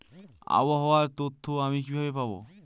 আবহাওয়ার তথ্য আমি কিভাবে পাবো?